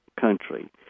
country